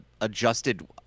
adjusted